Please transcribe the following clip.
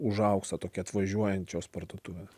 už auksą tokia atvažiuojančios parduotuvės